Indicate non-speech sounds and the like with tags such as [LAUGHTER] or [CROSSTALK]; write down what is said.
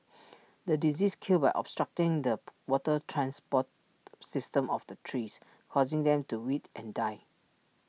the disease killed by obstructing the [NOISE] water transport system of the trees causing them to wilt and die